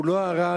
הוא לא הרג